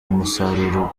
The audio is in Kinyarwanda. umusaruro